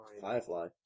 Firefly